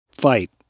fight